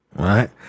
right